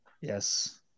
Yes